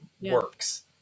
works